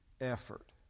effort